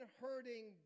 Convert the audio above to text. hurting